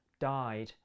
died